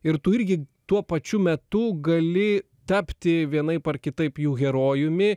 ir tu irgi tuo pačiu metu gali tapti vienaip ar kitaip jų herojumi